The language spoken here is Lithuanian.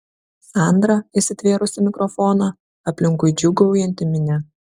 sandra įsitvėrusi mikrofoną aplinkui džiūgaujanti minia